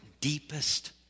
deepest